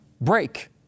break